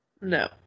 no